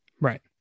Right